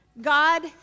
God